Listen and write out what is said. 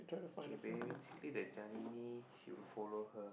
K basically they're telling me she'll follow her